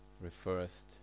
refers